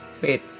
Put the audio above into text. Wait